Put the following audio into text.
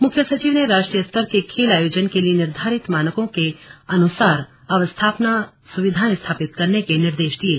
मुख्य सचिव ने राष्ट्रीय स्तर के खेल आयोजन के लिए निर्धारित मानकों के अनुसार अवस्थापना सुविधाएं स्थापित करने के निर्देश दिये